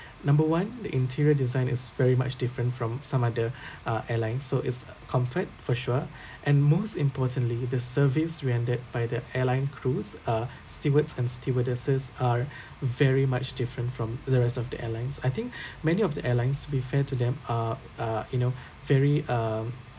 number one the interior design is very much different from some other uh airline so it's comfort for sure and most importantly the service rendered by the airline crews uh stewards and stewardesses are very much different from the rest of the airlines I think many of the airlines to be fair to them are are you know very um